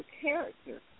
character